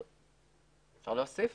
אפשר להוסיף.